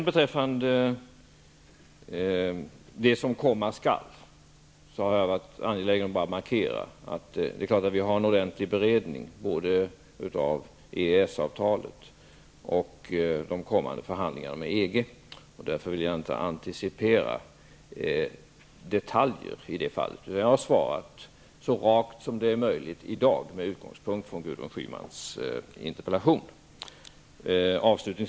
Beträffande det som komma skall, har jag varit angelägen om att markera att vi har en ordentlig beredning både av EES-avtalet och av det kommande förhandlingarna med EG, och därför vill jag inte antecipera det här ??? i de fallet. Jag har svarit så rakt som det är möjligt i dag med utgångspunkt till Gudrun Schymans interpellation.